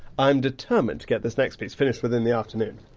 i'm determined to get this next piece finished within the afternoon.